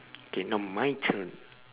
K now my turn